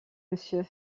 monsieur